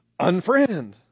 unfriend